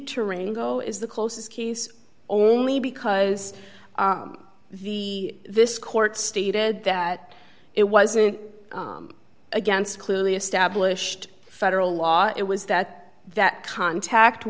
say go is the closest case only because the this court stated that it wasn't against clearly established federal law it was that that contact